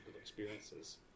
experiences